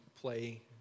play